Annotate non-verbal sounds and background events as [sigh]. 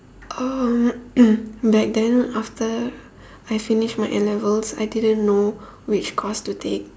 um [noise] back then after I finish my A-levels I didn't know which course to take